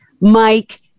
Mike